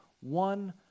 one